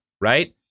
right